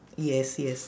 yes yes